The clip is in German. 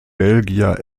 belgier